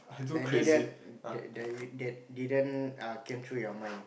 that didn't that didn't uh came through your mind